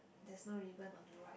there's no ribbon on the right